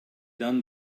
done